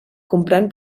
comprén